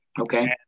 Okay